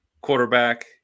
quarterback